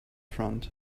front